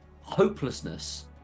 hopelessness